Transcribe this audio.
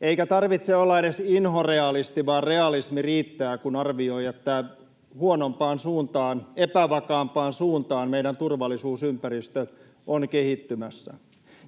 Eikä tarvitse olla edes inhorealisti, vaan realismi riittää, kun arvioi, että huonompaan suuntaan, epävakaampaan suuntaan meidän turvallisuusympäristö on kehittymässä.